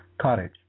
Cottage